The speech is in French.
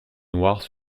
noirs